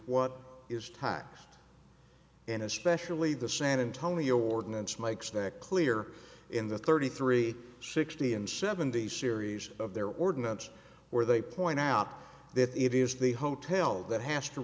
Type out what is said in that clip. what is taxed and especially the san antonio ordinance makes that clear in the thirty three sixty and seventy series of their ordinance where they point out that it is the hotel that has to